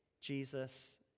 Jesus